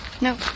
No